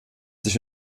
sich